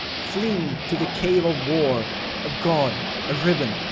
fling to the cave of war a gaud, a ribbon,